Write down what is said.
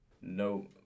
no